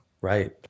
Right